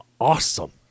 awesome